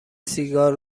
سیگار